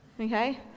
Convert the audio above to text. okay